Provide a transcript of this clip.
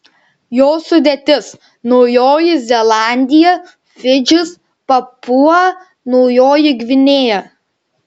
jos sudėtis naujoji zelandija fidžis papua naujoji gvinėja